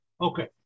Okay